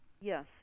Yes